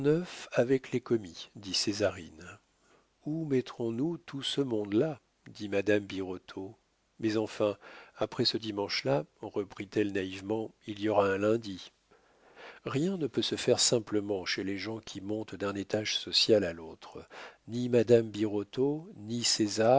avec les commis dit césarine où mettrons nous tout ce monde-là dit madame birotteau mais enfin après ce dimanche-là reprit-elle naïvement il y aura un lundi rien ne peut se faire simplement chez les gens qui montent d'un étage social à l'autre ni madame birotteau ni